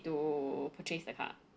to purchase the car